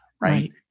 right